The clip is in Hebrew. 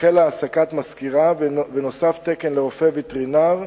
החלה העסקת מזכירה ונוסף תקן לרופא וטרינר,